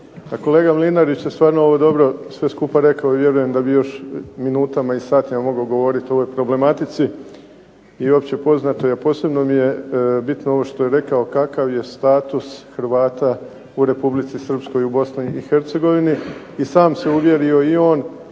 Kolega Mlinarić je stvarno ovo dobro sve skupa rekao, vjerujem da bi još minutama i satima mogao govorit o ovoj problematici i općepoznato je. A posebno mi je bitno ovo što je rekao kakav je status Hrvata u Republici Srpskoj u Bosni i Hercegovini i sam se uvjerio i on